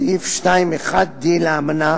סעיף 2(1)(d) לאמנה